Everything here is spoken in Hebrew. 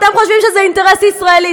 אתם חושבים שזה אינטרס ישראלי.